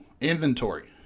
inventory